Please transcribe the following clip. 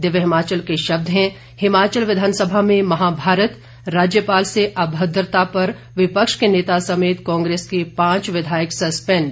दिव्य हिमाचल के शब्द हैं हिमाचल विधानसभा में महाभारत राज्यपाल से अभद्रता पर विपक्ष के नेता समेत कांग्रेस के पांच विधायक सस्पेंड